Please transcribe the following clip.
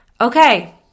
Okay